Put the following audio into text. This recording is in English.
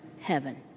heaven